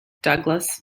douglas